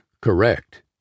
correct